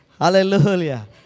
hallelujah